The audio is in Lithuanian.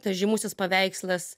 tas žymusis paveikslas